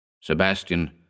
Sebastian